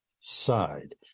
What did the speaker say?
side